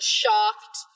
shocked